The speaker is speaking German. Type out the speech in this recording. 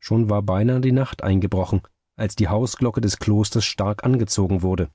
schon war beinahe die nacht eingebrochen als die hausglocke des klosters stark angezogen wurde